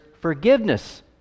forgiveness